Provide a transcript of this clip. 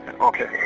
Okay